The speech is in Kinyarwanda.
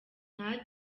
nta